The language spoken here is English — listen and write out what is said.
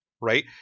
right